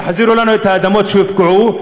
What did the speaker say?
תחזירו לנו את האדמות שהופקעו,